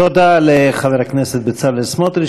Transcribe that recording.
תודה לחבר הכנסת בצלאל סמוטריץ.